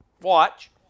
Watch